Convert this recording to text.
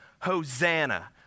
Hosanna